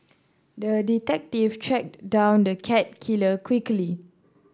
the detective tracked down the cat killer quickly